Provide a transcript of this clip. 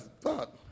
thought